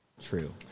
True